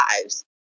lives